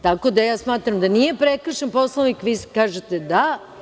Tako da ja smatram da nije prekršen Poslovnik, vi kažete da.